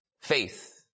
faith